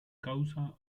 causa